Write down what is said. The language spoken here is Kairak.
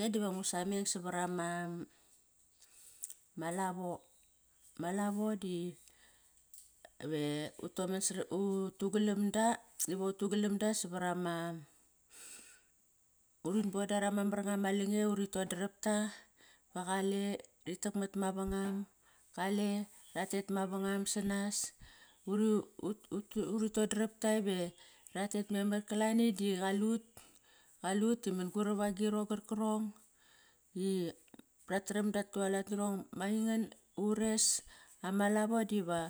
Ngu sameng varama lavo. Ma lavo di ve utu galam da, diva utu galam da savar ama urin boda rama mar nga ma lange, ma vangam, qale ra tet mavangam sanas Uri todrop ta ratet memar. Kalani di qalut, qalut da mun-gurap agirong qar karong i ratram ta tualat nirong ba aingan ures ama lavo diva